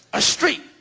a street.